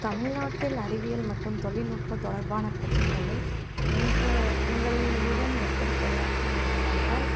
தமிழ்நாட்டில் அறிவியல் மற்றும் தொலில்நுட்ப தொடர்பான பிரச்சினைகளை உங்கள் உங்களிடம் எப்படி கையாள்கிறீர்கள் என்றால்